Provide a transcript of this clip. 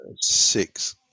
Six